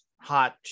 hot